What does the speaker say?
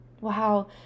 Wow